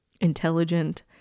intelligent